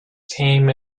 came